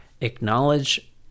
acknowledge